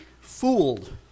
fooled